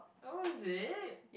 oh is it